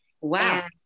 wow